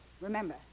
Remember